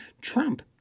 Trump